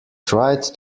tried